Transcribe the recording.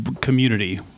community